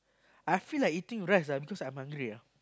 I feel like eating rice ah because I'm hungry ah